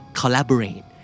collaborate